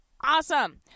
Awesome